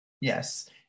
Yes